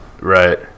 Right